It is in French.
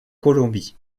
colombie